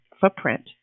footprint